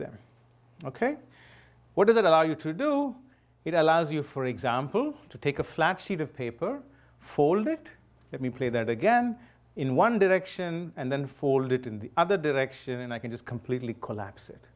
them ok what does that allow you to do it allows you for example to take a flat sheet of paper fold it let me play that again in one direction and then fold it in the other direction and i can just completely collapse it